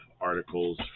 articles